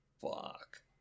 Fuck